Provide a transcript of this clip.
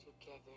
Together